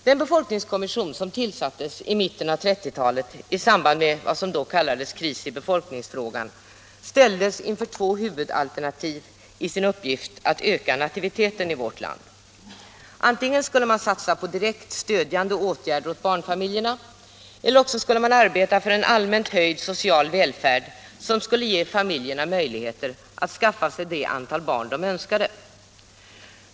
Den befolkningskommission som tillsattes i mitten av 1930-talet i samband med vad som då kallades Kris i befolkningsfrågan ställdes inför två huvudalternativ i sin uppgift att öka nativiteten i vårt land. Antingen skulle man satsa på direkt stödjande åtgärder åt barnfamiljerna eller också arbeta för en allmänt höjd social välfärd, som skulle ge familjerna möjligheter att skaffa sig det antal barn de önskade.